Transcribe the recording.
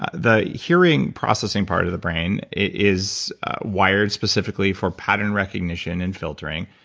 ah the hearing processing part of the brain, it is wired specifically for pattern recognition and filtering.